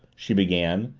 she began,